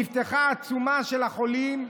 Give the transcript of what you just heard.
נפתחה עצומה של החולים,